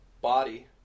body